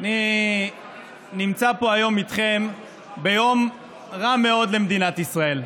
אני נמצא פה היום איתכם ביום רע מאוד למדינת ישראל,